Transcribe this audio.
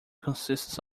consists